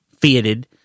fitted